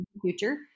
future